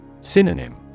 Synonym